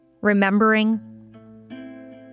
remembering